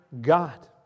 God